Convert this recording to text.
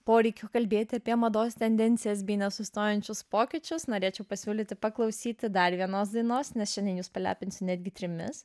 poreikio kalbėti apie mados tendencijas bei nesustojančius pokyčius norėčiau pasiūlyti paklausyti dar vienos dainos nes šiandien jus palepinsiu netgi trimis